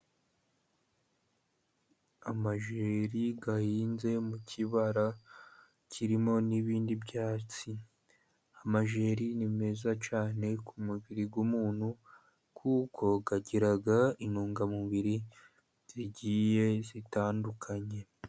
Amajeri ahinze mu kibara kirimo n'ibindi byatsi, amajeri ni meza cyane ku mubiri w'umuntu kuko agira intungamubiri zigiye zitandukanye.